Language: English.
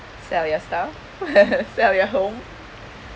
sell your stuff sell your home